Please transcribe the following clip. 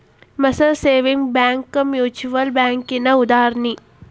Mercer savings bank mutual ಬ್ಯಾಂಕಿಗಿ ಉದಾಹರಣಿ